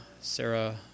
Sarah